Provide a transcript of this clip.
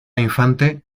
infante